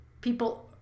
people